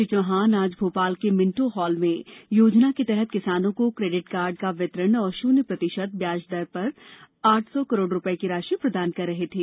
श्री चौहान आज भोपाल के Minto hall में योजना के तहत किसानों को केडिट कार्ड का वितरण और शून्य प्रतिशत ब्याज पर आठ सौ करोड़ रुपये की राशि प्रदान कर रहे थे